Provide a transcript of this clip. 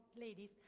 ladies